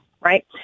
right